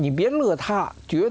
you been with hot do